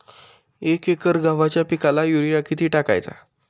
एक एकर गव्हाच्या पिकाला युरिया किती टाकायचा?